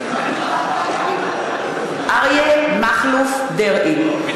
אריה מכלוף דרעי.